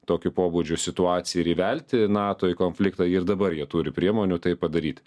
tokio pobūdžio situaciją ir įvelti nato į konfliktą ir dabar jie turi priemonių tai padaryti